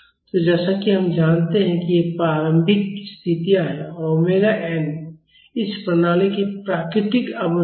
तो जैसा कि हम जानते हैं ये प्रारंभिक स्थितियां हैं और ओमेगा एन इस प्रणाली की प्राकृतिक आवृत्ति है